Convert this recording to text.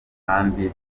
kandi